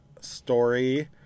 story